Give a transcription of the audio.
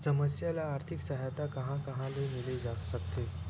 समस्या ल आर्थिक सहायता कहां कहा ले मिल सकथे?